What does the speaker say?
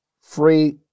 free